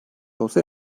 olsa